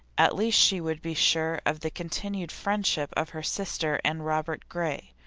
at least, she would be sure of the continued friendship of her sister and robert gray.